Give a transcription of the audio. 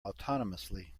autonomously